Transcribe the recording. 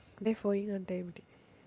Dry sowing అంటే ఏమిటి?